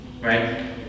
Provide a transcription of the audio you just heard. right